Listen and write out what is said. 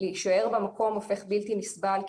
להישאר במקום הופך לבלתי נסבל,